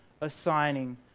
assigning